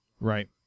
Right